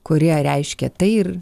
kurie reiškia tai ir